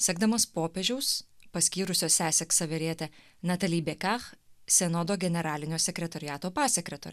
sekdamas popiežiaus paskyrusio sesę ksevierietę nataly bekach senodo generalinio sekretoriato pasekretore